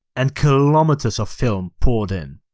and kilometers of film poured in.